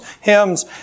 hymns